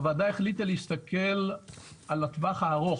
הוועדה החליטה להסתכל על הטווח הארוך.